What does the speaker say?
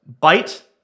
bite